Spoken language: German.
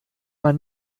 man